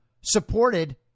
supported